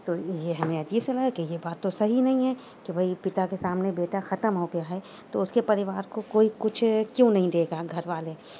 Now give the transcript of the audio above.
تو یہ ہمیں عجیب سا لگا کہ یہ بات تو صحیح نہیں ہے کہ بھائی پتا کے سامنے بیٹا ختم ہو گیا ہے تو اس کے پریوار کو کوئی کچھ کیوں نہیں دے گا گھر والے